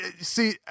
see